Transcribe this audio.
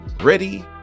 Ready